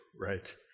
right